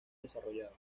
desarrollados